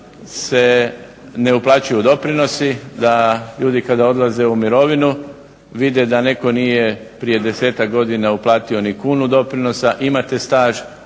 se ne uplaćuju doprinosi, da ljudi kada odlaze u mirovinu vide da netko nije prije 10-tak godina uplatio ni kunu doprinosa, imate staž